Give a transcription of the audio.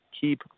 keep